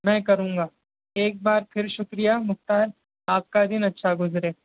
میں کروں گا ایک بار پھر شکریہ مختار آپ کا دن اچھا گزرے